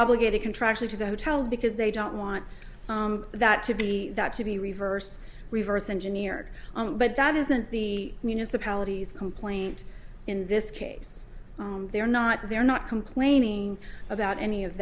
obligated contractual to the hotels because they don't want that to be that to be reverse reverse engineer but that isn't the municipality's complaint in this case they're not they're not complaining about any of